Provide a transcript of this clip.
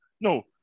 no